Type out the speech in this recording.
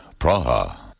Praha